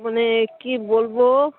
মানে কি বলবো